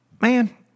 Man